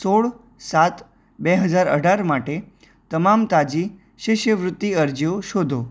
સોળ સાત બે હજાર અઢાર માટે તમામ તાજી શિષ્યવૃત્તિ અરજીઓ શોધો